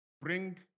bring